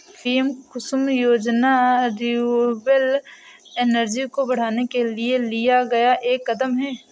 PM Kusum योजना renewable energy को बढ़ाने के लिए लिया गया एक कदम है